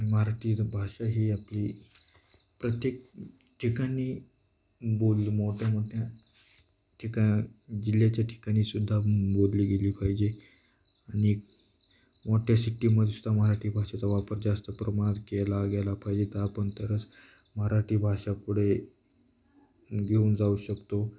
मराठी भाषा ही आपली प्रत्येक ठिकाणी बोल मोठ्या मोठ्या ठिकाणी जिल्ह्याच्या ठिकाणीसुद्धा बोलली गेली पाहिजे आणि मोठ्या सिटीमध्येसुद्धा मराठी भाषेचा वापर जास्त प्रमाणात केला गेला पाहिजे तर आपण तरच मराठी भाषा पुढे घेऊन जाऊ शकतो